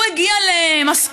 הוא הגיע למסקנה,